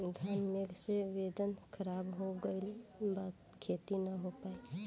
घन मेघ से वेदर ख़राब हो गइल बा खेती न हो पाई